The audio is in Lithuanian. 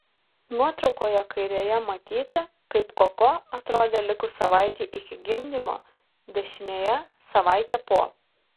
nuotraukoje kairėje matyti kaip koko atrodė likus savaitei iki gimdymo dešinėje savaitė po